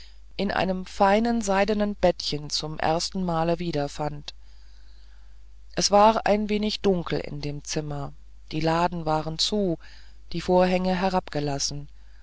in einem feinen seidenen bettchen zum ersten male wiederfand es war ein wenig dunkel in dem zimmer die laden waren zu die vorhänge herabgelassen